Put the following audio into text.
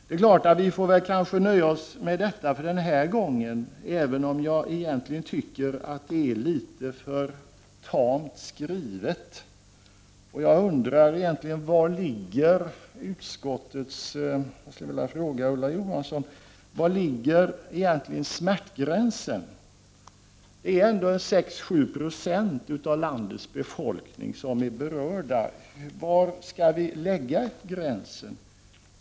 16 november 1989 Vi kanske får nöja oss med detta för den här gången, även om jag egentli= Zn gen tycker att det är litet för tamt skrivet. Jag vill fråga Ulla Johansson: Var ligger smärtgränsen? Det är ändå 6-7 procent av landets befolkning som är berörd. Var skall vi lägga gränsen?